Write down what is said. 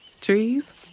Trees